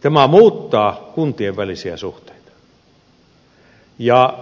tämä muuttaa kuntien välisiä suhteita ja